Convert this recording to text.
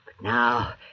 now